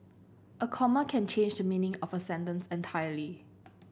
a comma can change the meaning of a sentence entirely